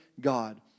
God